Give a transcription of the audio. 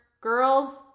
girls